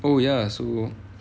oh ya so